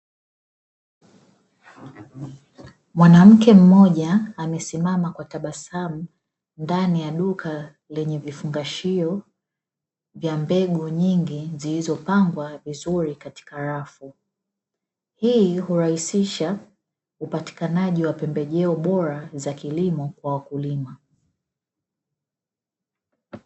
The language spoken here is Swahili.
Mwanamke mmoja, amesimama kwa tabasamu ndani ya duka lenye vifungashio vya mbegu nyingi, zilizopangwa vizuri katika rafu, hii hurahisisha upatikanaji wa pembejeo bora za kilimo kwa wakulima.